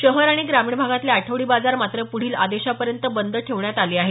शहर आणी ग्रामीण भागातले आठवडी बाजार मात्र प्वढील आदेशापर्यंत बंद ठेवण्यात आले आहेत